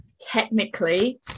Technically